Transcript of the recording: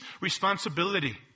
responsibility